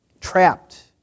trapped